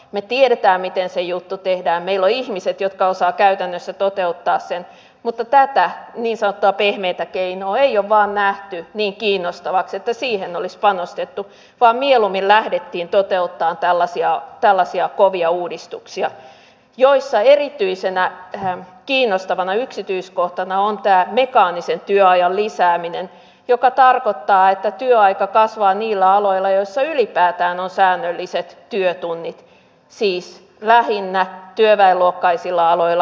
me tiedämme miten se juttu tehdään meillä on ihmiset jotka osaavat käytännössä toteuttaa sen mutta tätä niin sanottua pehmeätä keinoa ei ole vain nähty niin kiinnostavaksi että siihen olisi panostettu vaan mieluummin lähdettiin toteuttamaan tällaisia kovia uudistuksia joissa erityisenä kiinnostavana yksityiskohtana on tämä mekaanisen työajan lisääminen joka tarkoittaa että työaika kasvaa niillä aloilla joilla ylipäätään on säännölliset työtunnit siis lähinnä työväenluokkaisilla aloilla